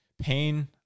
Pain